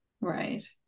right